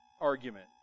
argument